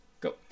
Go